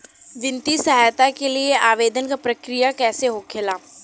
वित्तीय सहायता के लिए आवेदन क प्रक्रिया कैसे होखेला?